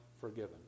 forgiven